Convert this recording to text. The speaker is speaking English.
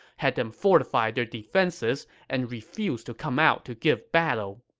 had them fortify their defenses, and refused to come out to give battle.